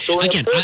Again